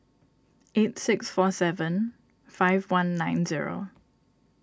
eight six four seven five one nine zero